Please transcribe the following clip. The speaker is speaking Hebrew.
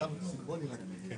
זה